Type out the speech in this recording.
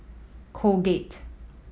Colgate